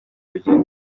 rugero